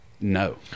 No